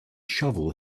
shovel